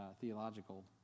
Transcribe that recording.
theological